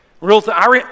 real